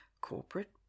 corporate